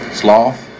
sloth